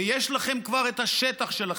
ויש לכם כבר את השטח שלכם,